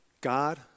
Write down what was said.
God